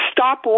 Stop